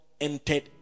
entered